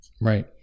Right